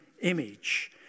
image